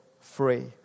free